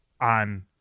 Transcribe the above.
on